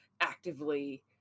actively